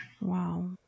Wow